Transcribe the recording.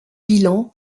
bilan